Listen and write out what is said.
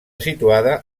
situada